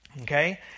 Okay